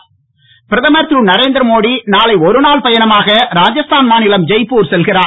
மோடி ஜெய்ப்பூர் பிரதமர் திரு நரேந்திரமோடி நாளை ஒரு நாள் பயணமாக ராஜஸ்தான் மாநிலம் ஜெய்ப்பூர் செல்கிறார்